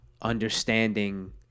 understanding